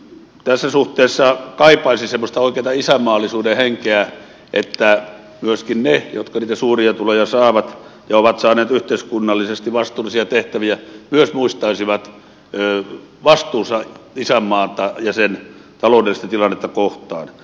tässä suhteessa kaipaisin semmoista oikeata isänmaallisuuden henkeä että myöskin ne jotka niitä suuria tuloja saavat ja ovat saaneet yhteiskunnallisesti vastuullisia tehtäviä muistaisivat vastuunsa isänmaata ja sen taloudellista tilannetta kohtaan